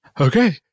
Okay